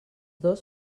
dos